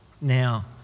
Now